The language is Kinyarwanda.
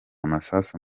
amasasu